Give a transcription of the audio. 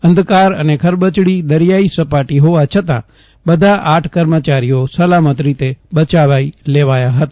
અંધકાર અને ખરબચડી દરિયાઈ સપાટી હોવા છતાં બધા આઠ કર્મચારીઓ સલામત રીતે બયાવી લેવાયા હતા